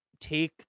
take